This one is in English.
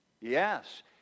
Yes